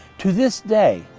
to this day,